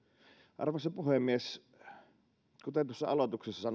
arvoisa puhemies kuten tuossa aloituksessa